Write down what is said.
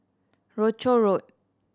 Rochor Road